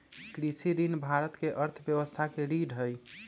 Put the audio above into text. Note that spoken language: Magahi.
कृषि ऋण भारत के अर्थव्यवस्था के रीढ़ हई